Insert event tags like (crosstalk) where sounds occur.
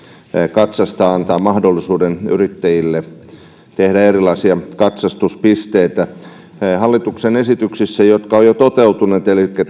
katsastaa antaa mahdollisuuden yrittäjille tehdä erilaisia katsastuspisteitä hallituksen esitykset jotka ovat jo toteutuneet elikkä (unintelligible)